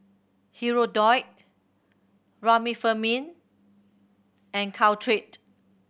Hirudoid Remifemin and Caltrate